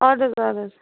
آد حظ آد حظ